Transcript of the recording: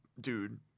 dude